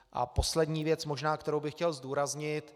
A poslední věc možná, kterou bych chtěl zdůraznit.